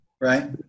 Right